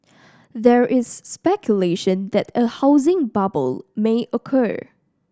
there is speculation that a housing bubble may occur